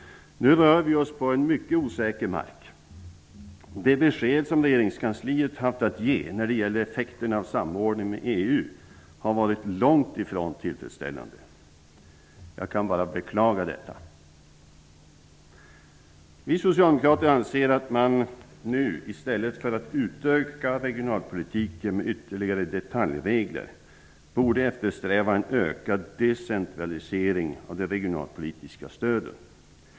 Nu rör vi oss på en mycket osäker mark. De besked som regeringskansliet haft att ge när det gäller effekterna av samordning med EU har långt ifrån varit tillfredsställande. Jag kan bara beklaga detta. Vi socialdemokrater anser att vi nu, i stället för att utöka regionalpolitiken med ytterligare detaljregler, borde eftersträva en ökad decentralisering av de regionalpolitiska stöden.